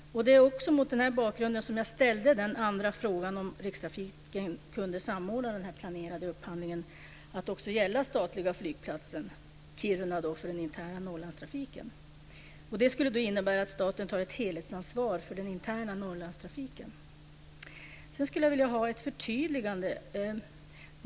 Det är också mot den bakgrunden som jag ställde den andra frågan om Rikstrafiken kunde samordna den planerade upphandlingen, så att den också skulle gälla den statliga flygplatsen, Kiruna, för den interna Norrlandstrafiken. Det skulle innebära att staten tar ett helhetsansvar för den interna Norrlandstrafiken. Sedan skulle jag vilja ha ett förtydligande.